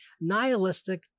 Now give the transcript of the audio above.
nihilistic